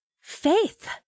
faith